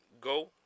go